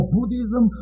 Buddhism